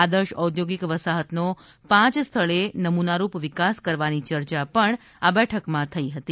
આદર્શ ઔધોગિક વસાહતનો પાંચ સ્થળે નમૂનારૂપ વિકાસ કરવાની ચર્ચા પણ આ બેઠકમાં થઈ હતી